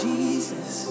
Jesus